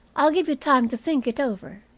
i'll give you time to think it over,